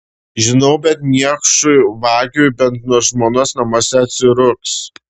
žinau bet niekšui vagiui bent nuo žmonos namuose atsirūgs